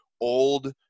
old –